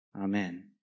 Amen